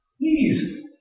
Please